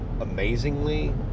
amazingly